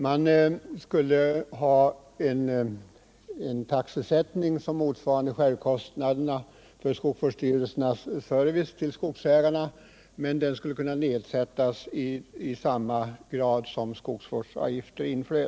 Man skulle ha en taxesättning som motsvarade självkostnaderna för skogsvårdsstyrelsernas service till skogsägarna, men taxorna skulle kunna nedsättas i samma grad som skogsvårdsavgifter inflöt.